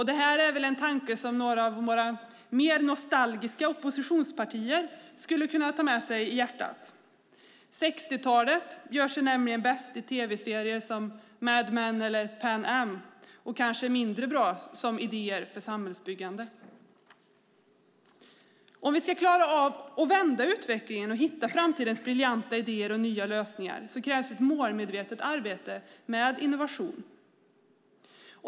Det är en tanke som några av våra mer nostalgiska oppositionspartier skulle kunna ta med sig i hjärtat. 60-talet gör sig nämligen bäst i tv-serier som Mad Men eller Pan Am och kanske mindre bra som idéer för samhällsbyggande. Om vi ska klara av att vända utvecklingen och hitta framtidens briljanta idéer och nya lösningar krävs ett målmedvetet arbete med innovation.